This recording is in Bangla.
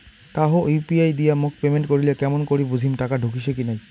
কাহো ইউ.পি.আই দিয়া মোক পেমেন্ট করিলে কেমন করি বুঝিম টাকা ঢুকিসে কি নাই?